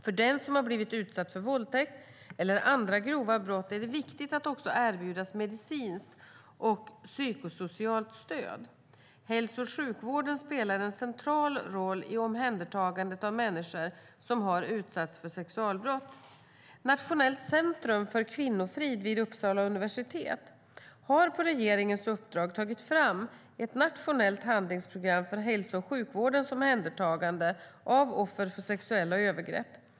För den som har blivit utsatt för våldtäkt eller andra grova brott är det viktigt att också erbjudas medicinskt och psykosocialt stöd. Hälso och sjukvården spelar en central roll i omhändertagandet av människor som har utsatts för sexualbrott. Nationellt centrum för kvinnofrid vid Uppsala universitet har på regeringens uppdrag tagit fram ett nationellt handlingsprogram för hälso och sjukvårdens omhändertagande av offer för sexuella övergrepp.